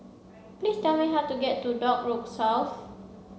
please tell me how to get to Dock Road South